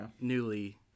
newly